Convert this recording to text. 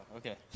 Okay